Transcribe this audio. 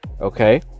Okay